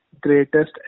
greatest